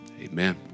Amen